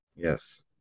Yes